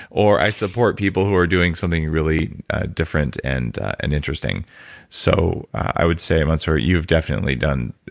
or i support people who are doing something really different and and interesting so, i would say, mansoor, you've definitely done.